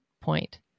point